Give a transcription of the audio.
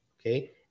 Okay